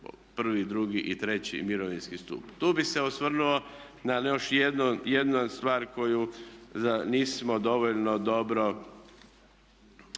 prvi, i drugi, i treći mirovinski stup. Tu bi se osvrnu na još jednu stvar koju nismo dovoljno dobro